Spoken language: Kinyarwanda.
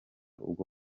ubwo